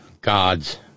God's